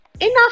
enough